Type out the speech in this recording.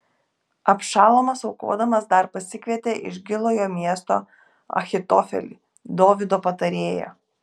abšalomas aukodamas dar pasikvietė iš gilojo miesto ahitofelį dovydo patarėją